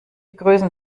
größen